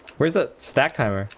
with the stack times